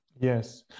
Yes